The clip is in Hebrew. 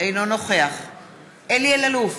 אינו נוכח אלי אלאלוף,